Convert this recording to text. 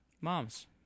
Moms